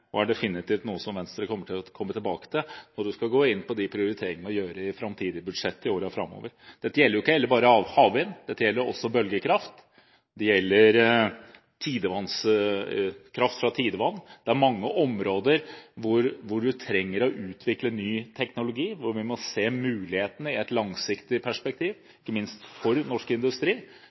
og det er definitivt noe som vi i Venstre kommer til å komme tilbake til når vi skal gå inn på de prioriteringene man gjør i framtidige budsjetter i årene framover. Dette gjelder heller ikke bare havvind; det gjelder også bølgekraft, det gjelder kraft fra tidevann – det er mange områder hvor vi trenger å utvikle ny teknologi, hvor vi må se mulighetene i et langsiktig perspektiv, ikke minst for norsk industri,